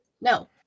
No